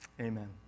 Amen